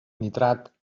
nitrat